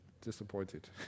disappointed